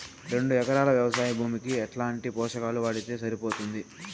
రెండు ఎకరాలు వ్వవసాయ భూమికి ఎట్లాంటి పోషకాలు వాడితే సరిపోతుంది?